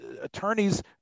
Attorneys